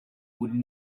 would